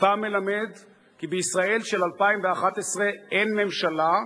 מותם מלמד כי בישראל של 2011 אין ממשלה,